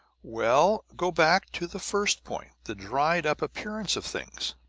well, go back to the first point the dried-up appearance of things.